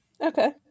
Okay